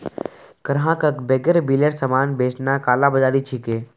ग्राहकक बेगैर बिलेर सामान बेचना कालाबाज़ारी छिके